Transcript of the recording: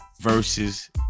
versus